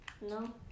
No